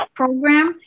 program